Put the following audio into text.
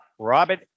Robert